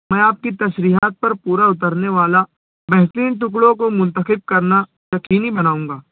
میں آپ کی تشریحات پر پورا اُترنے والا بہترین ٹکڑوں کو منتخب کرنا یقینی بناؤں گا